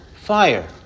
fire